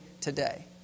today